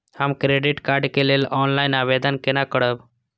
हम credit card के लेल ऑनलाइन आवेदन केना करब?